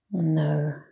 no